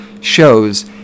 shows